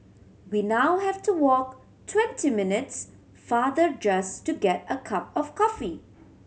we now have to walk twenty minutes farther just to get a cup of coffee